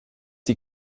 die